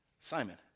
Simon